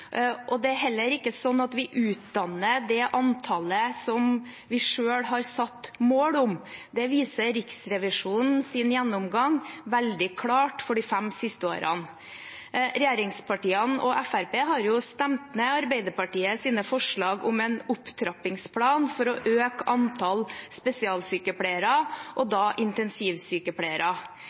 Det er heller ikke sånn at vi utdanner det antallet som vi selv har satt mål om, det viser Riksrevisjonens gjennomgang for de fem siste årene veldig klart. Regjeringspartiene og Fremskrittspartiet har jo stemt ned Arbeiderpartiets forslag om en opptrappingsplan for å øke antallet spesialsykepleiere, og da intensivsykepleiere.